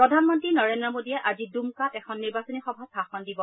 প্ৰধানমন্ত্ৰী নৰেন্দ্ৰ মোদীয়ে আজি ডুমকাত এখন নিৰ্বাচনী সভাত ভাষণ দিব